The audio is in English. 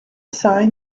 sign